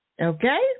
Okay